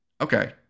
Okay